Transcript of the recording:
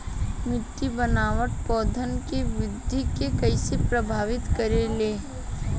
मिट्टी के बनावट पौधन के वृद्धि के कइसे प्रभावित करे ले?